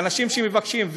לאנשים שמבקשים,